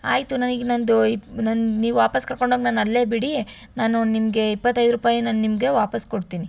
ಆಯಿತು ನನಗ್ ನನ್ನದು ಇಪ ನನ್ನ ನೀವು ವಾಪಸ್ಸು ಕರ್ಕೊಂಡು ಹೋಗ್ ನನ್ನ ಅಲ್ಲೇ ಬಿಡಿ ನಾನು ನಿಮಗೆ ಇಪ್ಪತೈದು ರೂಪಾಯಿನ ನಿಮಗೆ ವಾಪಸ್ಸು ಕೊಡ್ತೀನಿ